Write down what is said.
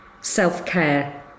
self-care